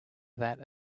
that